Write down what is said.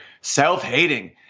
self-hating